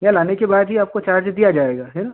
यहाँ लाने के बाद ही आपको चार्ज दिया जाएगा है न